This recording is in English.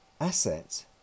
asset